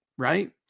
Right